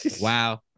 wow